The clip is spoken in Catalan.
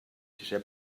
sisè